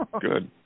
Good